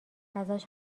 ازش